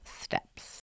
steps